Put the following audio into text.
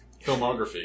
filmography